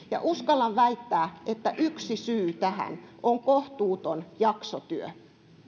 uskallan väittää että yksi syy tähän on kohtuuton jaksotyö